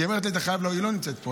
היא לא נמצאת פה,